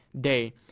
day